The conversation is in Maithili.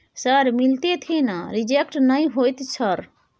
सर मिलते थे ना रिजेक्ट नय होतय सर?